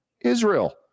Israel